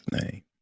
name